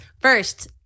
First